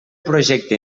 projecte